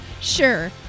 Sure